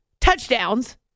touchdowns